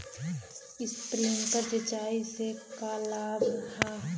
Sprinkler सिंचाई से का का लाभ ह?